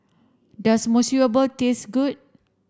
does Monsunabe taste good